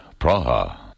Praha